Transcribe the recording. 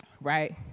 right